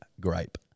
grape